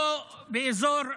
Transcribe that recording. לא באזור רמלה,